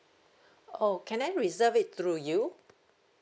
oh can I reserve it through you